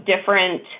different